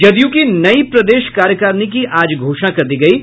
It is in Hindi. जदयू की नई प्रदेश कार्यकारिणी की आज घोषणा कर दी गयी है